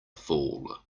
fall